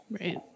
Right